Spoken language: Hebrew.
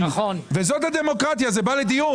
וזאת הדמוקרטיה, שזה בא לדיון.